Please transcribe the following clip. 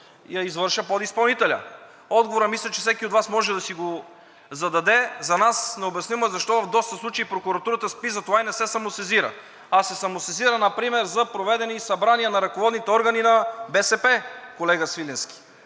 я извършва подизпълнителят? Отговорът мисля, че всеки от Вас може да си го даде. За нас е необяснимо защо в доста случаи прокуратурата спи за това и не се самосезира, а се самосезира например за проведени събрания на ръководните органи на БСП, колега Свиленски,